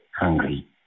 hungry